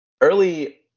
early